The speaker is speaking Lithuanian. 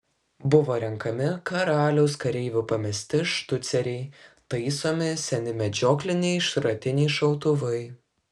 buvo renkami karaliaus kareivių pamesti štuceriai taisomi seni medžiokliniai šratiniai šautuvai